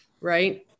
right